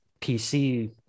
PC